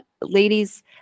ladies